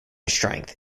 strength